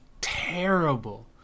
terrible